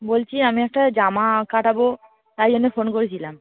বলছি আমি একটা জামা কাটাবো তাই জন্যে ফোন করেছিলাম